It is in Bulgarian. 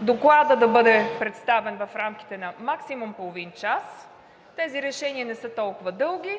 Докладът да бъде представен в рамките на максимум половин час. Тези решения не са толкова дълги.